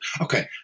Okay